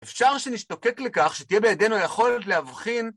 אפשר שנשתוקק לכך שתהיה בידינו יכולת להבחין